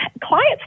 clients